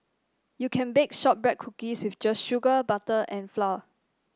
you can bake shortbread cookies with just sugar butter and flour